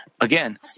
again